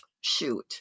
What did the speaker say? shoot